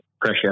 pressure